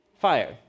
Fire